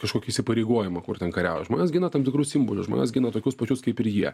kažkokį įsipareigojimą kur ten kariauja žmonės gina tam tikrus simbolius žmonės gina tokius pačius kaip ir jie